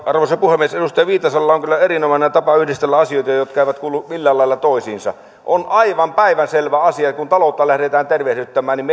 arvoisa puhemies edustaja viitasella on kyllä erinomainen tapa yhdistellä asioita jotka eivät kuulu millään lailla toisiinsa on aivan päivänselvä asia että kun taloutta lähdetään tervehdyttämään niin